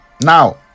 Now